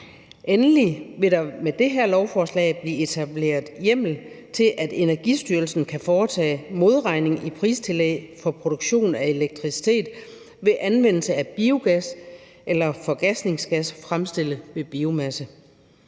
Endelig vil der med det her lovforslag blive etableret hjemmel til, at Energistyrelsen kan foretage modregning i pristillæg for produktion af elektricitet ved anvendelse af biogas eller forgasningsgas fremstillet ved biomasse.